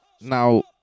Now